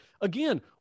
Again